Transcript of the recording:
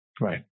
Right